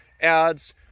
ads